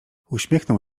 uśmiechnął